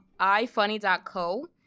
ifunny.co